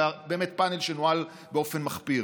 ופאנל שנוהל באופן מחפיר.